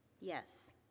Yes